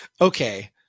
okay